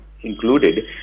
included